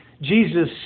Jesus